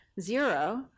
zero